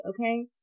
okay